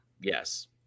Yes